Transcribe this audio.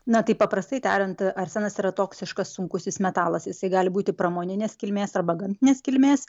na taip paprastai tariant arsenas yra toksiškas sunkusis metalas jisai gali būti pramoninės kilmės arba gamtinės kilmės